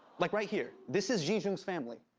like, right here. this is jeejung's family.